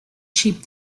cheap